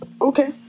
Okay